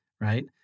right